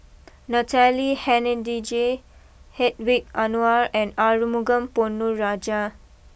Natalie Hennedige Hedwig Anuar and Arumugam Ponnu Rajah